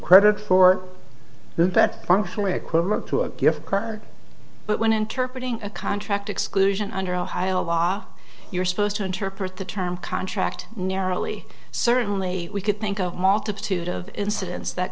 credit for that functionally equivalent to a gift card but when interpret ing a contract exclusion under ohio law you're supposed to interpret the term contract narrowly certainly we could think of multitude of incidents that